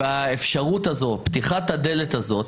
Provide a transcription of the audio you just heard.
והאפשרות הזאת, פתיחת הדלת הזאת,